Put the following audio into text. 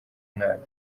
nabi